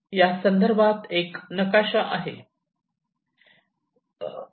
या संदर्भात एक नकाशा आहे